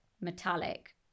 Metallic